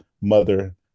mother